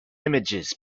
images